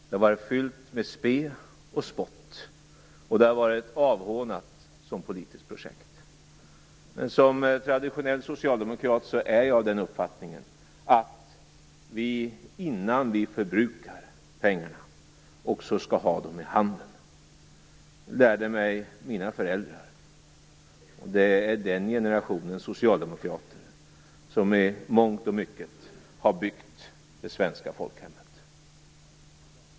Det har varit fyllt med spe och spott, och det har varit avhånat som politiskt projekt. Som traditionell socialdemokrat är jag av den uppfattningen att vi innan vi förbrukar pengarna också skall ha dem i handen. Det lärde jag mig av mina föräldrar. Det är den generationen socialdemokrater som i mångt och mycket har byggt det svenska folkhemmet.